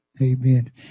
Amen